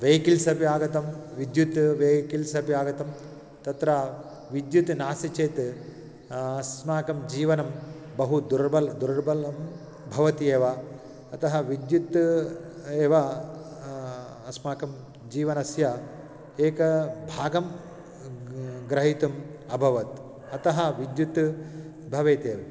vehicles अपि आगतं विद्युत् वेयिकल्स् अपि आगतं तत्र विद्युत् नास्ति चेत् अस्माकं जीवनं बहु दुर्बलं दुर्बलं भवति एव अतः विद्युत् एव अस्माकं जीवनस्य एकभागं ग् ग्रहीतुम् अभवत् अतः विद्युत् भवेतेव